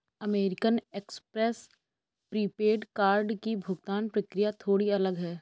American Express prepaid card की भुगतान प्रक्रिया थोड़ी अलग है